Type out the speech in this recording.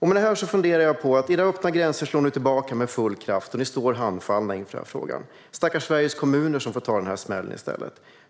Med detta funderar jag på att era öppna gränser slår nu tillbaka med full kraft, och ni står handfallna inför den här frågan. Stackars Sveriges kommuner som i stället får ta smällen.